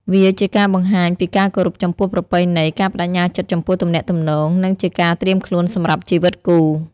វាជាការបង្ហាញពីការគោរពចំពោះប្រពៃណី ការប្តេជ្ញាចិត្តចំពោះទំនាក់ទំនង និងជាការត្រៀមខ្លួនសម្រាប់ជីវិតគូ។